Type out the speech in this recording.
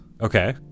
Okay